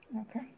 Okay